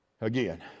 Again